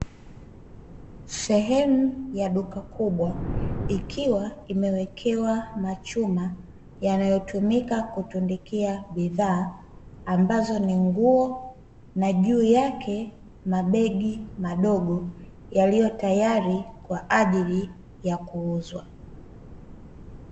Sehemu ya duka kubwa, ikiwa imewekewa machuma yanayotumika kutundikia bidhaa ambazo ni nguo, na juu yake mabegi madogo yaliyotayari kwa ajili ya kuuzwa.